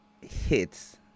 hits